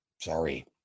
Sorry